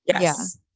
Yes